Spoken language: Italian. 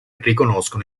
riconoscono